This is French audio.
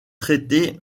traités